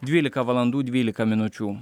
dvylika valandų dvylika minučių